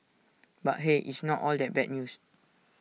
but hey it's not all that bad news